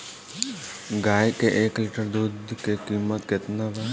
गाय के एक लीटर दुध के कीमत केतना बा?